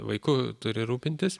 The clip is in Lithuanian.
vaiku turi rūpintis